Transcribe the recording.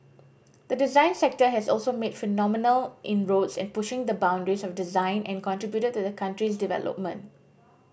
the design sector has also made phenomenal inroads in pushing the boundaries of design and contributed to the country's development